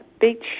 Beach